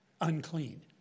unclean